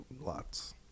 lots